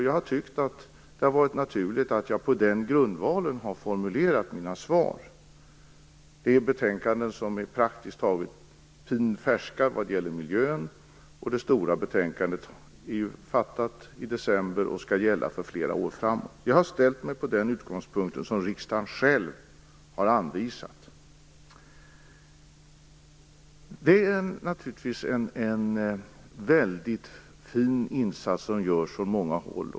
Jag har tyckt att det har varit naturligt att på den grundvalen formulera mina svar. Betänkandena är praktiskt taget pinfärska vad gäller miljön. Det fattades beslut om det stora betänkandet i december, och det beslutet skall gälla i flera år framåt. Jag har antagit den utgångspunkt som riksdagen själv har anvisat. En fin insats görs från många håll.